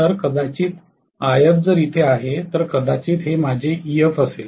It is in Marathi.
तर कदाचित If जर इथे आहे तर कदाचित हे माझे Ef असेल